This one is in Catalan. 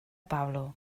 pablo